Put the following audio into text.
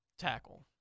tackle